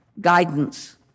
guidance